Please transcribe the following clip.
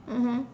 mmhmm